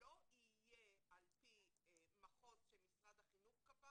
לא יהיה על פי מחוז שמשרד החינוך קבע